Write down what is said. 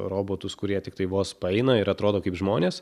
robotus kurie tiktai vos paeina ir atrodo kaip žmonės